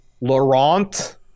Laurent